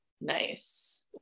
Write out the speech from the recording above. Nice